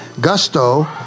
gusto